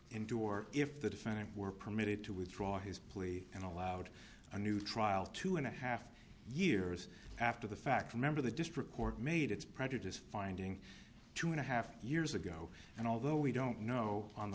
endure if the defendant were permitted to withdraw his plea and allowed a new trial two and a half years after the fact remember the district court made its prejudice finding two and a half years ago and although we don't know on the